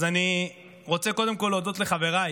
אז אני רוצה קודם כול להודות לחבריי